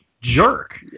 jerk